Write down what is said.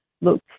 look